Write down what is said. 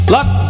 Luck